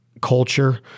culture